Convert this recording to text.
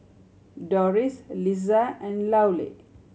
Doris Lissa and Louella